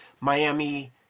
miami